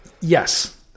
Yes